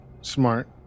smart